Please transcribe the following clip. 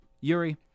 Yuri